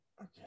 okay